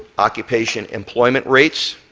occupation employment rates,